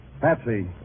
Patsy